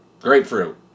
grapefruit